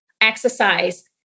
exercise